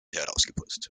herausgeputzt